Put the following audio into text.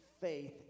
faith